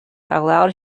allowed